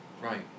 Right